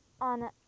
on